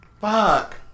fuck